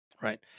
Right